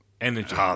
energy